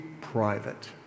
private